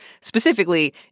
specifically